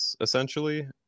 essentially